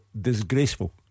disgraceful